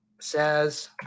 says